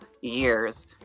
years